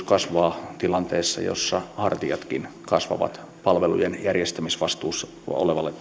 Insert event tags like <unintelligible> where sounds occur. <unintelligible> kasvaa tilanteessa jossa hartiatkin kasvavat palvelujen järjestämisvastuussa olevalle <unintelligible>